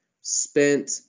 spent –